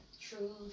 True